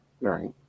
Right